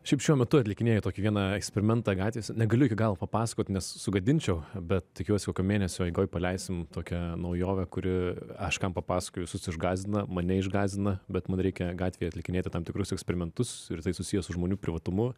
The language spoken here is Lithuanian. šiaip šiuo metu atlikinėju tokį vieną eksperimentą gatvėse negaliu iki galo papasakot nes sugadinčiau bet tikiuosi kokio mėnesio eigoj paleisim tokią naujovę kuri aš kam papasakoju visus išgąsdina mane išgąsdina bet man reikia gatvėje atlikinėti tam tikrus eksperimentus ir tai susiję su žmonių privatumu